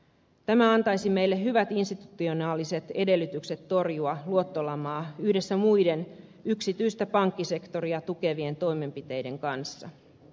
tämä antaisi meille hyvät institutionaaliset edellytykset torjua luottolamaa yhdessä muiden yksityistä pankkisektoria tukevien toimenpiteiden kanssa